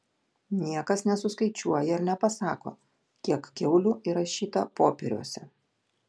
niekas nesuskaičiuoja ir nepasako kiek kiaulių įrašyta popieriuose